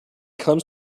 comes